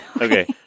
okay